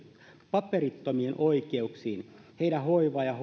paperittomien oikeuksiin heidän hoivaansa hoitoonsa ja